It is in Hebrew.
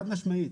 חד משמעית.